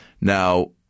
now